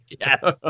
Yes